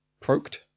Proked